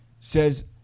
says